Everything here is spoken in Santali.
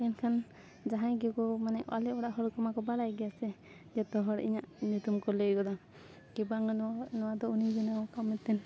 ᱮᱱᱠᱷᱟᱱ ᱡᱟᱦᱟᱸᱭ ᱜᱮᱠᱚ ᱢᱟᱱᱮ ᱟᱞᱮ ᱚᱲᱟᱜ ᱦᱚᱲ ᱠᱚᱢᱟ ᱠᱚ ᱵᱟᱲᱟᱭ ᱜᱮᱭᱟ ᱥᱮ ᱡᱚᱛᱚ ᱦᱚᱲ ᱤᱧᱟᱹᱜ ᱧᱩᱛᱩᱢ ᱠᱚ ᱞᱟᱹᱭ ᱜᱚᱫᱟ ᱠᱤ ᱵᱟᱝ ᱱᱚᱣᱟ ᱫᱚ ᱩᱱᱤ ᱵᱮᱱᱟᱣ ᱟᱠᱟᱫ ᱢᱮᱛᱮᱱ